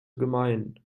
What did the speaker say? gemein